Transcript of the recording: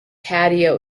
patio